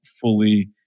fully